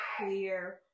clear